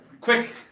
Quick